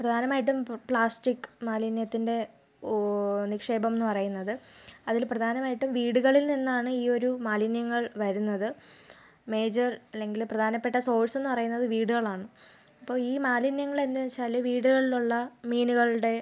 പ്രധാനമായിട്ടും പ്ല പ്ലാസ്റ്റിക് മാലിന്യത്തിൻ്റെ നിക്ഷേപം എന്ന് പറയുന്നത് അതിൽ പ്രധാനമായിട്ടും വീടുകളിൽ നിന്നാണ് ഈ ഒരു മാലിന്യങ്ങൾ വരുന്നത് മേജർ അല്ലെങ്കിൽ പ്രധാനപ്പെട്ട സോഴ്സ് എന്ന് പറയുന്നത് വീടുകളാണ് അപ്പോൾ ഈ മാലിന്യങ്ങൾ എന്ന് വെച്ചാൽ വീടുകളിലുള്ള മീനുകളുടെ